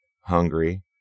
hungry